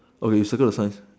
okay circle the sign